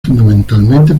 fundamentalmente